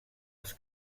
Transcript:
els